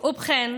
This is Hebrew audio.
ובכן,